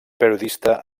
periodista